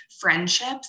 friendships